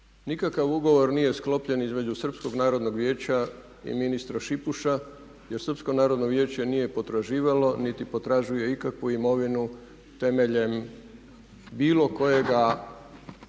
nikakav ugovor nije sklopljen između Srpskog narodnog vijeća i ministra Šipuša jer Srpsko narodno vijeće nije potraživalo niti potražuje ikakvu imovinu temeljem bilo kojega